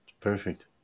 perfect